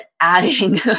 adding